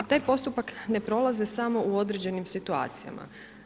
Taj postupak ne prolaze samo u određenim situacijama.